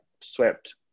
swept